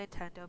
Nintendo